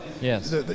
yes